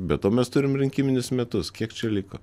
be to mes turim rinkiminius metus kiek čia liko